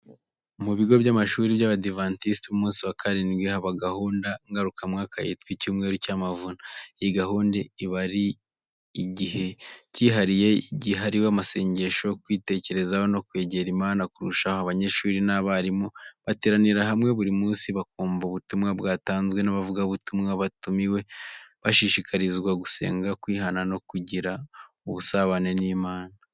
Mu bigo by’amashuri by’Abadiventisiti b’umunsi wa karindwi, haba gahunda ngarukamwaka yitwa “Icyumweru cy’Amavuna. Iyi gahunda iba ari igihe cyihariye gihariwe amasengesho, kwitekerezaho no kwegera Imana kurushaho. Abanyeshuri n’abarimu bateranira hamwe buri munsi, bakumva ubutumwa bwatanzwe n’abavugabutumwa batumiwe, bashishikarizwa gusenga, kwihana no kugira ubusabane n’Imana.